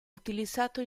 utilizzato